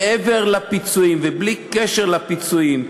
מעבר לפיצויים ובלי קשר לפיצויים,